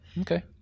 Okay